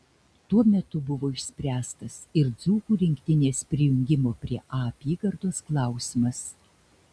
tuo metu buvo išspręstas ir dzūkų rinktinės prijungimo prie a apygardos klausimas